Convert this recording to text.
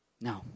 No